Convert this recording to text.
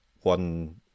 one